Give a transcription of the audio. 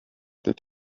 that